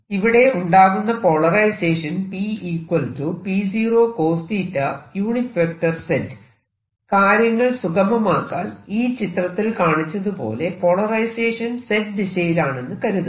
ഇവിടെ ഉണ്ടാകുന്ന പോളറൈസേഷൻ കാര്യങ്ങൾ സുഗമമാക്കാൻ ഈ ചിത്രത്തിൽ കാണിച്ചത് പോലെ പോളറൈസേഷൻ Z ദിശയിലാണെന്നു കരുതുക